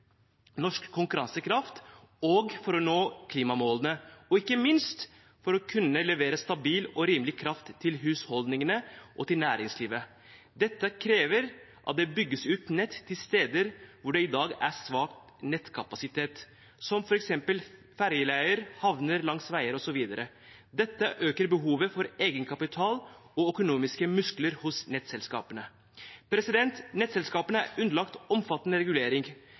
norsk konkurransekraft og for å nå klimamålene og ikke minst for å kunne levere stabil og rimelig kraft til husholdningene og næringslivet. Dette krever at det bygges ut nett til steder hvor det i dag er svak nettkapasitet, som f.eks. ferjeleier, havner, langs veier osv. Det øker behovet for egenkapital og økonomiske muskler hos nettselskapene. Nettselskapene er underlagt omfattende regulering.